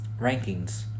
rankings